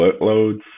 workloads